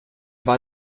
war